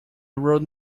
road